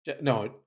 No